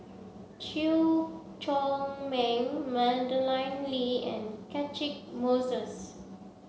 Chew Chor Meng Madeleine Lee and Catchick Moses